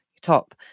top